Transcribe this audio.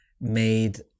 made